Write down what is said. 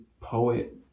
poet